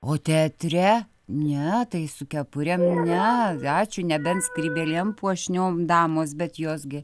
o teatre ne tai su kepure ne ačiū nebent skrybėlėm puošniom damos bet jos gi